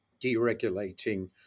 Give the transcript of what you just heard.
deregulating